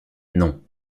non